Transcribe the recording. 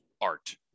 art